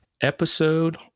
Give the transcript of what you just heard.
episode